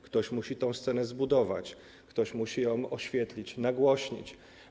Ktoś musi tę scenę zbudować, ktoś musi ją oświetlić, nagłośnić.